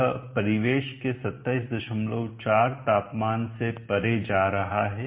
यह परिवेश के 274 तापमान से परे जा रहा है